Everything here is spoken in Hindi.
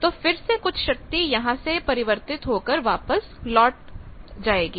तो फिर से कुछ शक्ति यहां से परिवर्तित होकर वापस लौट तक जाएगी